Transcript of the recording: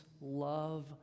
love